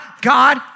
God